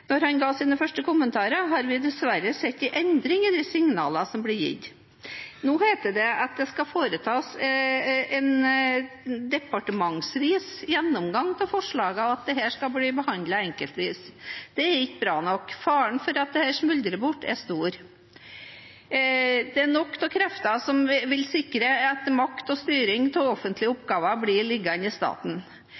sine første kommentarer, har vi dessverre sett en endring i de signalene som blir gitt. Nå heter det at det skal foretas en departementsvis gjennomgang av forslagene, og at dette skal bli behandlet enkeltvis. Dette er ikke bra nok. Faren for at dette smuldrer bort, er stor. Det er nok av krefter som vil sikre at makt og styring av offentlige